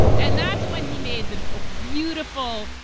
and that's when he made the ah beautiful.